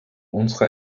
unserer